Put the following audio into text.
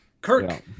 Kirk